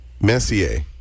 Messier